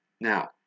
Now